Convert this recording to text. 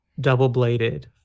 double-bladed